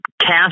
cast